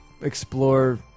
explore